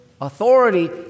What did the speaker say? authority